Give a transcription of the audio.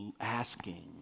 asking